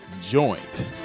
joint